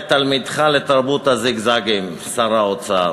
ותלמידך לתרבות הזיגזגים שר האוצר,